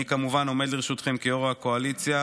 אני כמובן עומד לרשותכם כיו"ר הקואליציה